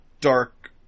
dark